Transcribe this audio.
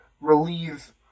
relieve